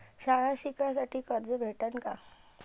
शाळा शिकासाठी कर्ज भेटन का?